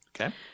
Okay